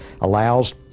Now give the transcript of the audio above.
allows